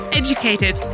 educated